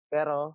Pero